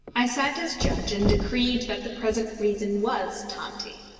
i sat as judge, and decreed that the present reason was tanti.